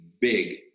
big